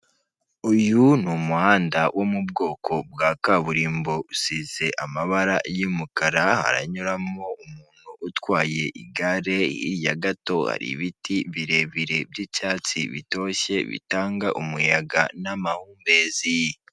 Uyu ni umuhanda wo mu bwoko bwa kaburimbo, usize amabara y'umukara, haranyuramo umuntu utwaye igare, hirya gato hari ibiti birebire by'icyatsi, bitoshye, bitanga umuyaga n'amahumbezi.